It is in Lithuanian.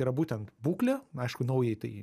yra būtent būklė aišku naujai tai